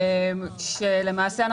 למעשה,